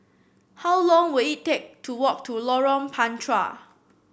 how long will it take to walk to Lorong Panchar